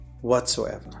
whatsoever